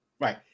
Right